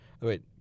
Wait